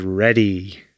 ready